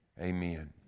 Amen